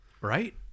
Right